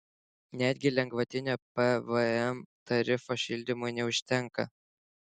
netgi lengvatinio pvm tarifo šildymui neužtenka